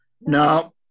No